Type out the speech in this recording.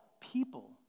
people